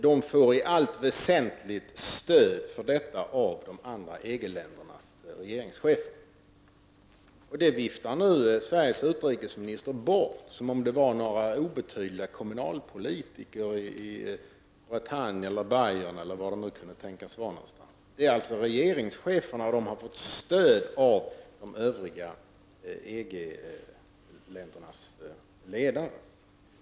De får i allt väsentligt stöd för detta av de andra EG-ländernas regeringschefer. Detta viftar nu Sveriges utrikesminister bort, som om det vore fråga om några obetydliga kommunalpolitiker i Bretagne eller Bayern. Men det är alltså fråga om regeringschefer, och de har fått stöd av de övriga EG-ländernas ledare.